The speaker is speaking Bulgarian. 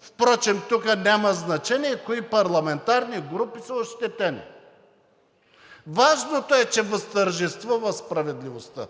Впрочем тук няма значение кои парламентарни групи са ощетени – важното е, че възтържествува справедливостта.